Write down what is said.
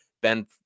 Ben